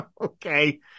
Okay